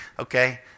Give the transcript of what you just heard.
Okay